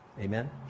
Amen